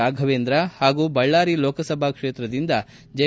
ರಾಫವೇಂದ್ರ ಹಾಗೂ ಬಳ್ಳಾರಿ ಲೋಕಸಭಾ ಕ್ಷೇತ್ರದಿಂದ ಜೆ